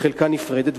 בחלקה נפרדת.